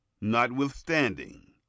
notwithstanding